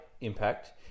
impact